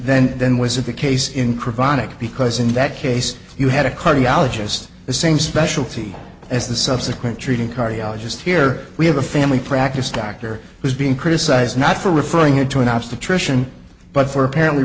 then then was it the case in chronic because in that case you had a cardiologist the same specialty as the subsequent treating cardiologist here we have a family practice doctor who is being criticized not for referring it to an obstetrician but for apparently